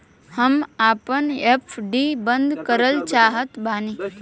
हम आपन एफ.डी बंद करल चाहत बानी